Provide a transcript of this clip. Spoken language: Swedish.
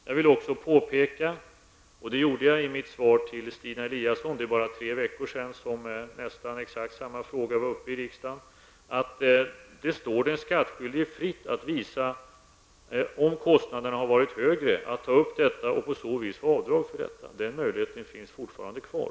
Jag vill också påpeka -- vilket jag också gjorde i mitt svar till Stina Eliasson för bara tre veckor sedan när nästan exakt samma fråga var uppe i riksdagen -- att det står den skattskyldige fritt att visa om kostnaderna har varit högre och på så vis få göra avdrag för detta. Den möjligheten finns fortfarande kvar.